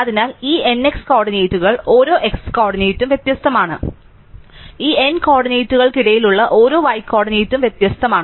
അതിനാൽ ഈ n x കോർഡിനേറ്റുകളിൽ ഓരോ x കോർഡിനേറ്റും വ്യത്യസ്തമാണ് ഈ n കോർഡിനേറ്റുകൾക്കിടയിലുള്ള ഓരോ y കോർഡിനേറ്റും വ്യത്യസ്തമാണ്